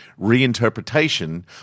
reinterpretation